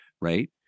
right